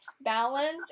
balanced